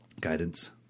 guidance